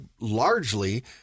largely